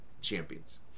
champions